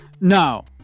No